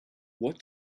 what